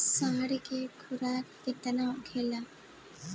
साँढ़ के खुराक केतना होला?